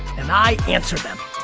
and i answer them.